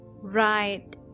Right